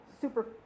super